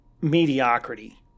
mediocrity